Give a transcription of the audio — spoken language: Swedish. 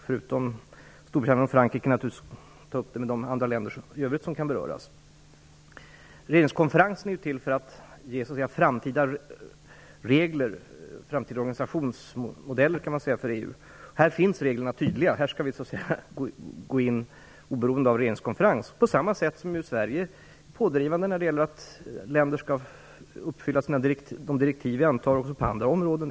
Förutom med Storbritannien och Frankrike kommer vi naturligtvis att ta upp det med övriga länder som kan beröras. Regeringskonferensen är till för att ge framtida regler och framtida organisationsmodeller för EU. I det här fallet är reglerna tydliga. Här skall vi gå in oberoende av regeringskonferensen, på samma sätt som Sverige är pådrivande när det gäller att länder skall uppfylla de direktiv som antas på andra områden.